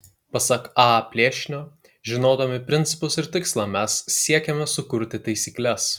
pasak a plėšnio žinodami principus ir tikslą mes siekiame sukurti taisykles